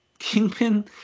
Kingpin